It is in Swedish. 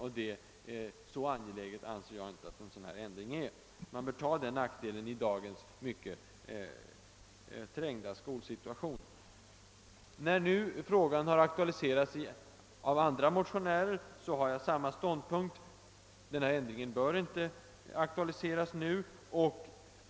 Och så angeläget är det inte att få till stånd denna ändring, att man bör ta en dylik nackdel i dagens mycket trängda skolsituation. När nu frågan har aktualiserats av andra motionärer, intar jag samma ståndpunkt: ändringen bör inte genomföras för närvarande.